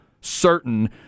certain